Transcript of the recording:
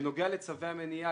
בנוגע לצווי המניעה,